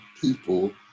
people